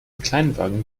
kleinwagen